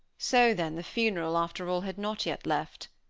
so, then, the funeral after all had not yet left!